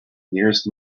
nearest